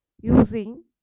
using